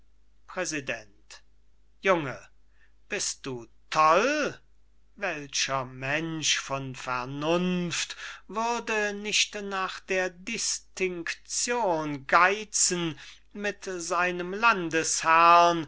präsident junge bist du toll welcher mensch von vernunft würde nicht nach der distinction geizen mit seinem